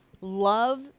love